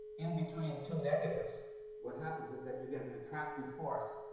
in between two negatives what happens is that you get an attractive force.